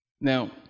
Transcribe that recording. Now